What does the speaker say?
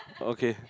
okay